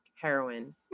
heroin